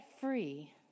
free